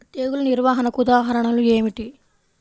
తెగులు నిర్వహణకు ఉదాహరణలు ఏమిటి?